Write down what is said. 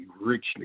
richly